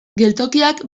geltokiak